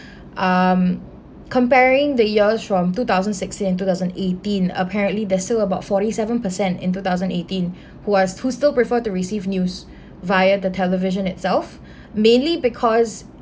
um comparing the years from two thousand sixteen and two thousand eighteen apparently there's still about forty-seven-per cent in two thousand eighteen who was who still prefer to receive news via the television itself mainly because